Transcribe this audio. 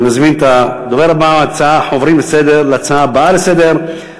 אנחנו עוברים להצעה הבאה לסדר-היום,